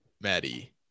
Maddie